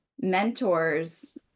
mentors